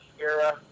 era